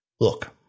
Look